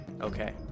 Okay